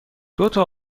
دوتا